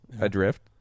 Adrift